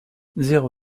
zéro